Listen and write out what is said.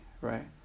right